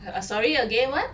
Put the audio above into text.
uh sorry again [one]